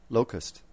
Locust